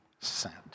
sent